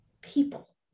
people